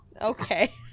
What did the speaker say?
Okay